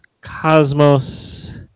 cosmos